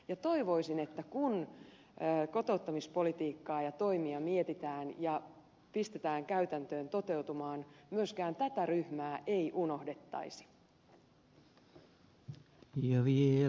ja toivoisin että kun kotouttamispolitiikkaa ja toimia mietitään ja pistetään käytäntöön toteutumaan myöskään tätä ryhmää ei unohdettaisi